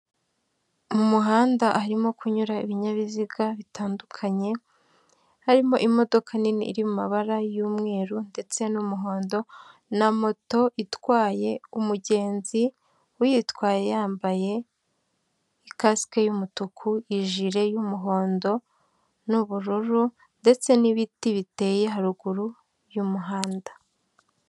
Mu muhanda harimo kunyura ibinyabiziga bitandukanye, harimo imodoka nini iri mu mabara y'umweru ndetse n'umuhondo na moto itwaye umugenzi, uyitwaye yambaye ikasike y'umutuku, ijire y'umuhondo n'ubururu ndetse n'ibiti biteye haruguru y'umuhanda.